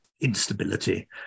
instability